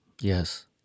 Yes